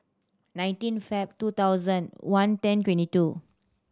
nineteen Feb two thousand one ten twenty two